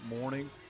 morning